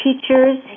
teachers